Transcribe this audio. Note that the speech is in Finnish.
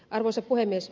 arvoisa puhemies